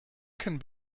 can